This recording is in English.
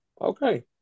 Okay